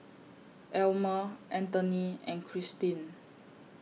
Elmer Anthony and Cristin